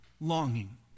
longing